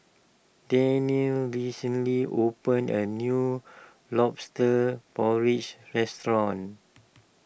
Daniele recently opened a new Lobster Porridge restaurant